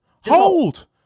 hold